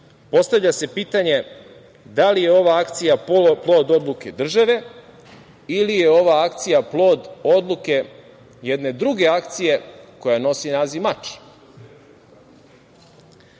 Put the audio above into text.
postavlja se pitanje da li je ova akcija plod odluke države ili je ova akcija plod odluke jedne druge akcije koja nosi naziv –